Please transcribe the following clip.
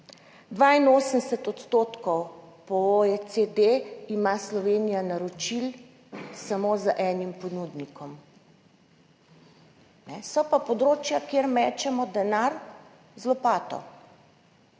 82 % po OECD ima Slovenija naročil samo z enim ponudnikom. So pa področja, kjer mečemo denar z lopato